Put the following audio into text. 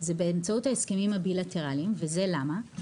זה באמצעות ההסכמים הבילטרליים וזה למה?